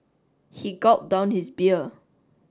he gulped down his beer